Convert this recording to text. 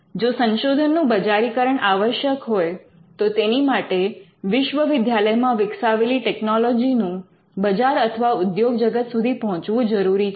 જો સંશોધનનું બજારીકરણ આવશ્યક હોય તો તેની માટે વિશ્વવિદ્યાલયમાં વિકસાવેલી ટેકનોલોજીનું બજાર અથવા ઉદ્યોગ જગત સુધી પહોંચવું જરૂરી છે